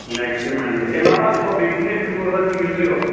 next Monday امہِ علاوٕ چھُوا بیٚیہِ کُنہِ جایہِ ٹیوٗر ؤرکِنٛگ کِنہٕ یِتُے اوس